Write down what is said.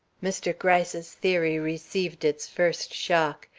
mr. gryce's theory received its first shock.